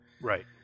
Right